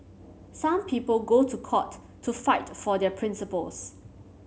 some people go to court to fight for their principles